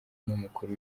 n’umukuru